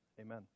Amen